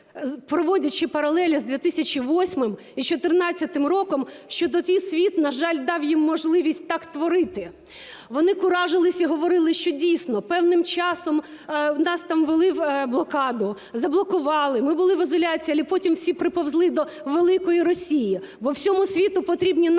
проводячи паралелі з 2008 і з 14-м роком, що тоді світ, на жаль, дав їм можливість так творити. Вони куражились і говорили, що дійсно певним часом у нас там ввели блокаду, заблокували, ми були в ізоляції, але потім всі приповзли до великої Росії, бо всьому світу потрібні наші